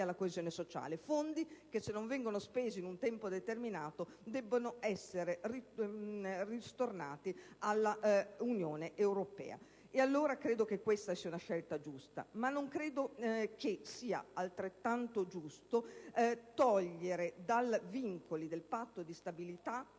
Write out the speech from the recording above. alla coesione sociale; fondi che se non vengono spesi in un tempo determinato, debbono essere ristornati all'Unione europea. Credo che questa sia una scelta giusta, ma non credo che sia altrettanto giusto togliere dal vincolo del Patto di stabilità